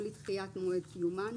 או לדחיית מועד קיומן,